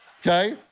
Okay